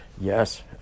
Yes